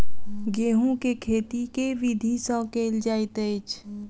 गेंहूँ केँ खेती केँ विधि सँ केल जाइत अछि?